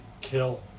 kill